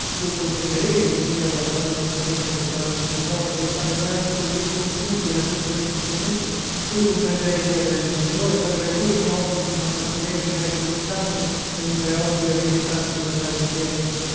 voi comprenderete diss'ella guardando fissamente lo strano sacerdote che le stava dinanzi col viso compunto e in atteggiamento sommesso voi comprenderete reverendo signore quali ragioni mi obblighino a trattenervi meco un istante mentre oggi avete tanto da fare in chiesa